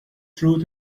through